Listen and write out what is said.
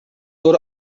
door